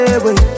away